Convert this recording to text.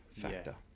factor